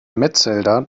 metzelder